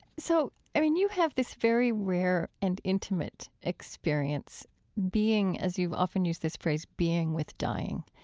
so i mean, you have this very rare and intimate experience being, as you've often used this phrase, being with dying.